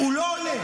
הוא לא עולה.